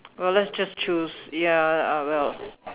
well let's just choose ya uh well